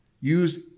Use